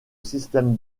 système